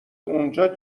اونجا